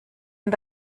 und